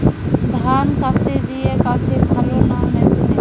ধান কাস্তে দিয়ে কাটলে ভালো না মেশিনে?